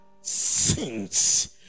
sins